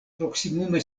proksimume